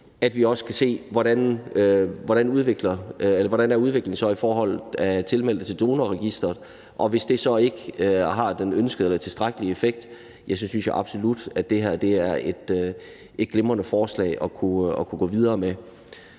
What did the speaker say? at vi også kan se, hvordan den udvikling så er med hensyn til tilmelding til Donorregistret. Og hvis det så ikke har den ønskede eller den tilstrækkelige effekt, synes jeg absolut, at det her er et glimrende forslag at kunne gå videre med.